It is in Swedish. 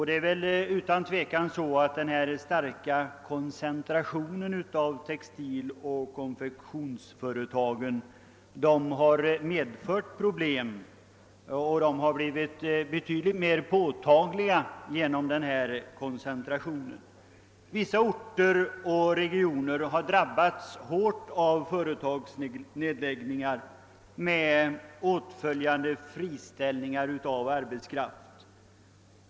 Det är utan tvivel så att den starka koncentrationen av textiloch konfektionsföretagen har medfört påtagliga problem. Vissa orter och regioner har drabbats hårt av förelagsnedläggelser med åtföljande friställningar av arbetskraft.